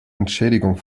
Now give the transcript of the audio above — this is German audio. entschädigung